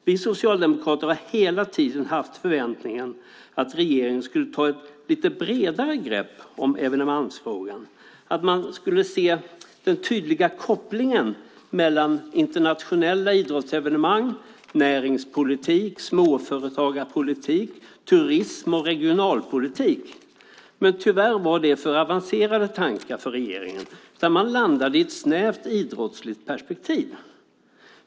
Vi socialdemokrater har hela tiden förväntat oss att regeringen skulle ta ett lite bredare grepp om evenemangsfrågan, att man skulle se den tydliga kopplingen mellan internationella idrottsevenemang, näringspolitik, småföretagarpolitik, turism och regionalpolitik. Tyvärr var det för avancerade tankar för regeringen. Man landade i stället i ett snävt idrottsligt perspektiv.